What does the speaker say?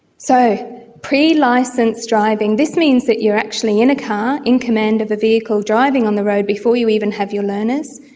so pre-licensed driving, this means that you are actually in a car in command of a vehicle driving on the road before you even have your learners.